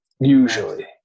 Usually